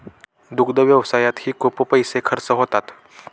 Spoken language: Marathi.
दुग्ध व्यवसायातही खूप पैसे खर्च होतात